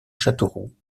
châteauroux